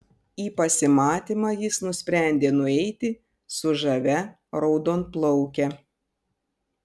į pasimatymą jis nusprendė nueiti su žavia raudonplauke